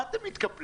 מה אתם מתקפלים?